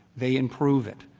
they improve it.